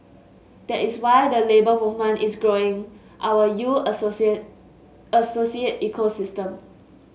that is why the Labour Movement is growing our U Associate Associate ecosystem